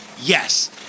yes